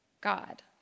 God